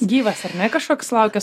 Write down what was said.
gyvas ar ne kažkoks laukia